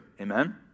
Amen